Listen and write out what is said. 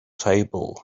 tablet